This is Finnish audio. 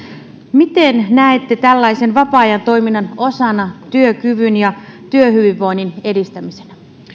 miten näette tällaisen vapaa ajan toiminnan osana työkyvyn ja työhyvinvoinnin edistämistä